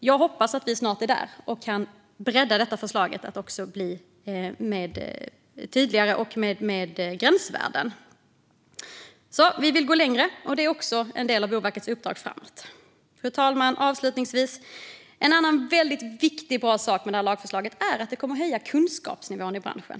Jag hoppas att vi snart är där och kan bredda förslaget så att det blir tydligare och inkluderar gränsvärden. Vi vill alltså gå längre, och det är också en del av Boverkets uppdrag framåt. Fru talman! Avslutningsvis: En annan viktig och bra sak med lagförslaget är att det kommer att höja kunskapsnivån i branschen.